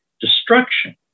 destruction